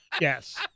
Yes